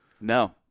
No